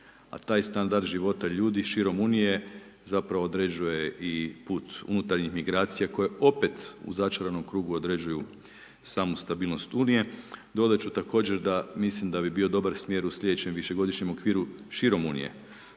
A taj standard života ljudi širom unije zapravo određuje i put unutarnjih migracija koje opet u začaranom krugu određuju samu stabilnost unije. Dodat ću također da mislim da bi bio dobar smjer u slijedećem višegodišnjem okviru širom unije